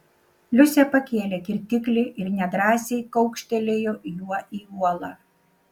liusė pakėlė kirtiklį ir nedrąsiai kaukštelėjo juo į uolą